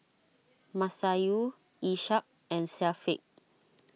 Masayu Ishak and Syafiq